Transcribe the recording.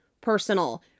personal